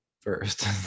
first